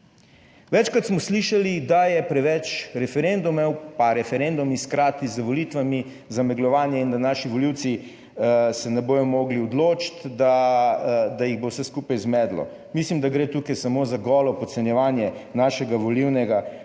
Večkrat smo slišali, da je preveč referendumov, pa referendumi hkrati z volitvami, zamegljevanje in da naši volivci se ne bodo mogli odločiti, da jih bo vse skupaj zmedlo. Mislim, da gre tukaj samo za golo podcenjevanje našega volilnega